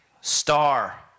Star